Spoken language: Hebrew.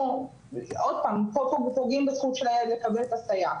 עוד פעם, פוגעים פה בזכות הילד לקבל את הסייעת.